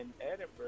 Edinburgh